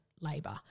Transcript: labour